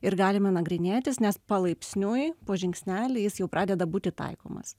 ir galima nagrinėtis nes palaipsniui po žingsnelį jis jau pradeda būti taikomas